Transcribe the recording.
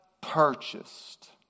purchased